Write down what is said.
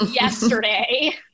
yesterday